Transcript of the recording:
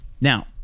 Now